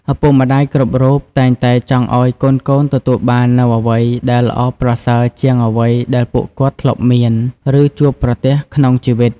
ឪពុកម្ដាយគ្រប់រូបតែងតែចង់ឲ្យកូនៗទទួលបាននូវអ្វីដែល ល្អប្រសើរជាងអ្វីដែលពួកគាត់ធ្លាប់មាន ឬជួបប្រទះក្នុងជីវិត។